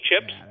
chips